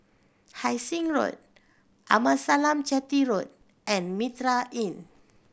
Hai Sing Road Amasalam Chetty Road and Mitraa Inn